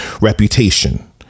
Reputation